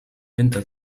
winter